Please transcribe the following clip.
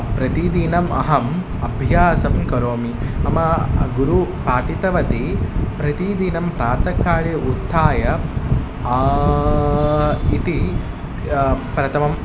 प्रतिदिनम् अहम् अभ्यासं करोमि मम गुरुः पाठितवती प्रतिदिनं प्रातःकाले उत्थाय इति प्रथमम्